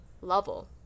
level